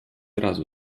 razu